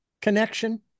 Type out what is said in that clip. connection